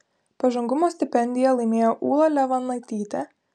pažangumo stipendiją laimėjo ūla levanaitytė